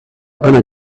gonna